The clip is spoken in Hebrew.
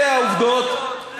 אלה העובדות.